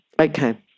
Okay